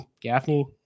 Gaffney